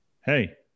Hey